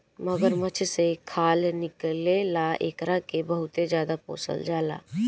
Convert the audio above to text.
मगरमच्छ से खाल निकले ला एकरा के बहुते ज्यादे पोसल जाला